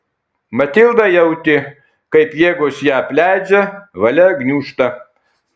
matilda jautė kaip jėgos ją apleidžia valia gniūžta